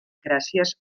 gràcies